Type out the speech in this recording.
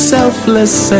Selfless